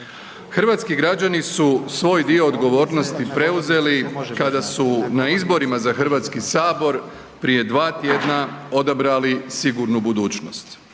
Hrvatski građani su svoj dio odgovornosti preuzeli kada su na izborima za HS prije 2 tjedna odabrali sigurnu budućnost,